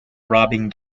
robbing